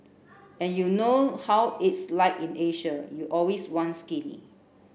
and you know how it's like in Asia you always want skinny